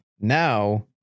Now